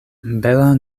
bela